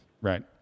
Right